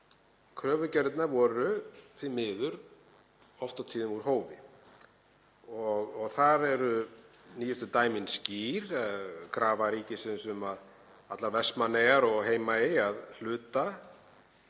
Kröfugerðirnar voru því miður oft á tíðum úr hófi og þar eru nýjustu dæmin skýr; krafa ríkisins um að allar Vestmannaeyjar og Heimaey að hluta,